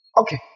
Okay